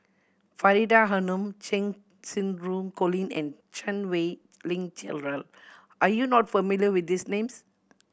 Faridah Hanum Cheng Xinru Colin and Chan Wei Ling Cheryl are you not familiar with these names